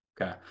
okay